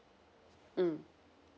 mm